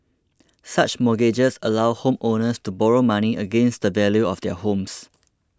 such mortgages allow homeowners to borrow money against the value of their homes